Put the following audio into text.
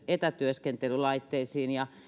etätyöskentelylaitteisiin ja